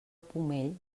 pomell